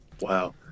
wow